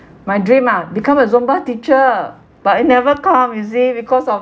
my dream ah become a zumba teacher but I never come you see because of